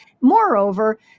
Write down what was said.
moreover